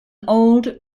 old